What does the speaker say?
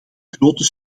grote